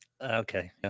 Okay